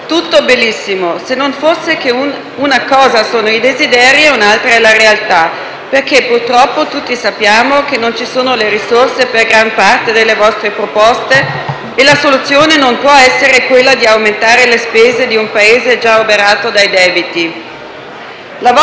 Tutto bellissimo, se non fosse che una cosa sono i desideri e un'altra è la realtà, perché purtroppo tutti sappiamo che non ci sono le risorse per gran parte delle vostre proposte e la soluzione non può essere quella di aumentare le spese di un Paese già oberato dai debiti.